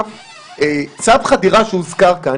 צו חדירה שהוזכר כאן,